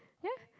eayh